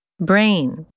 Brain